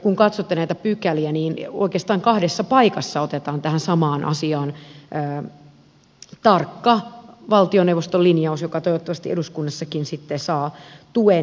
kun katsotte näitä pykäliä niin oikeastaan kahdessa paikassa otetaan tähän samaan asiaan tarkka valtioneuvoston linjaus joka toivottavasti eduskunnassakin sitten saa tuen